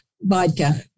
vodka